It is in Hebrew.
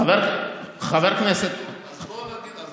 אז בוא נגיד,